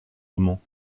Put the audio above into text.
roman